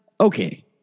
okay